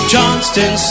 Johnston